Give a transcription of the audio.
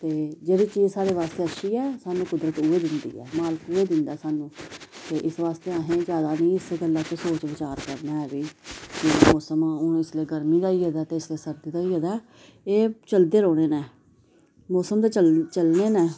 ते जेह्ड़ी चीज साढ़े आस्ते अच्छी ऐ सानूं कुदरत उ'ऐ दिंदी ऐ मालक उ'ए दिंदा सानूं ते इस वास्ते असें जैदा निं इस गल्ला उप्पर सोच विचार करना ऐ बी हून मौसम हून इसलै गर्मी दा होई गेदा ते इसलै सर्दी दा होई गेदा एह् चलदे रौह्ने न मौसम ते चल चलने न